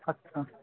अच्छा